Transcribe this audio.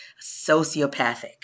sociopathic